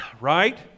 right